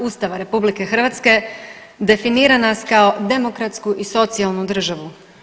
Ustava RH definira nas kao demokratsku i socijalnu državu.